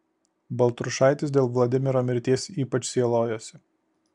baltrušaitis dėl vladimiro mirties ypač sielojosi